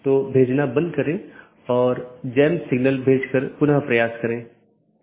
सबसे अच्छा पथ प्रत्येक संभव मार्गों के डोमेन की संख्या की तुलना करके प्राप्त किया जाता है